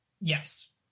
yes